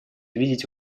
видеть